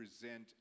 present